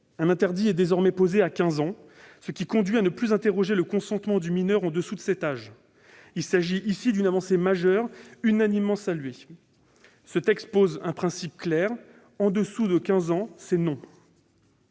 Un interdit est désormais posé à 15 ans, ce qui conduit à ne plus interroger le consentement du mineur en dessous de cet âge. Il s'agit ici d'une avancée majeure unanimement saluée. Ce texte pose un principe clair : en dessous de 15 ans, c'est non